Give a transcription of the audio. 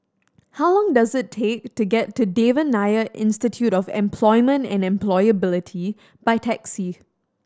how long does it take to get to Devan Nair Institute of Employment and Employability by taxi